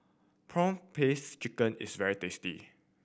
prawn paste chicken is very tasty